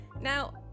Now